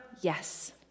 yes